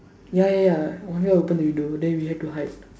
ya ya ya one guy open the window then we had to hide